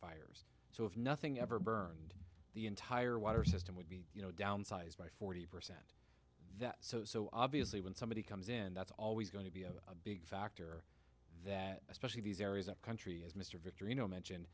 structures so if nothing ever burned the entire water system would be you know down sized by forty percent that so so obviously when somebody comes in that's always going to be a big factor that especially these areas of country as mr victor you know mention